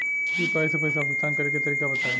UPI से पईसा भुगतान करे के तरीका बताई?